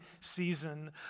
season